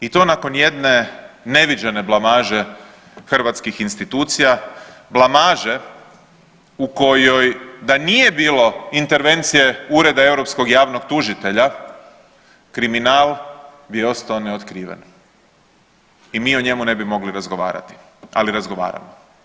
I to nakon jedne neviđene blamaže hrvatskih institucija, blamaže u kojoj da nije bilo intervencije Ureda europskog javnog tužitelja, kriminal bi ostao neotkriven i mi o njemu ne bi mogli razgovarati, ali razgovaramo.